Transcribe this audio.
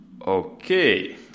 Okay